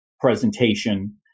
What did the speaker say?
presentation